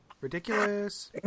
ridiculous